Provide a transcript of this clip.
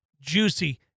juicy